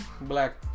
Black